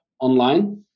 online